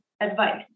advice